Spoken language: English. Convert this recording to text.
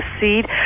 seed